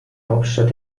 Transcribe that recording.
hauptstadt